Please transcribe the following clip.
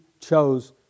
chose